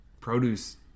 produce